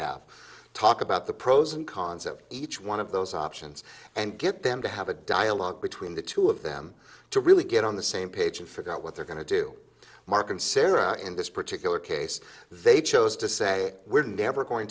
to talk about the pros and cons of each one of those options and get them to have a dialogue between the two of them to really get on the same page and figure out what they're going to do mark and sarah in this particular case they chose to say we're never going